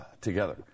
together